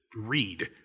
read